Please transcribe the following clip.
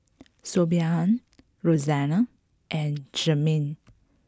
Siobhan Roxanna and Jermaine